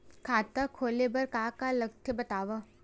खाता खोले बार का का लगथे बतावव?